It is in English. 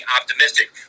optimistic